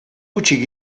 hutsik